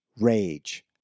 rage